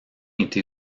été